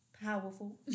Powerful